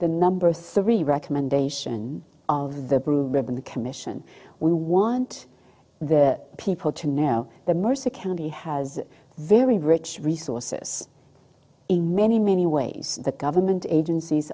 the number three recommendation of the blue ribbon commission we want the people to know the mercer county has very rich resources in many many ways that government agencies